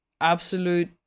absolute